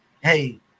hey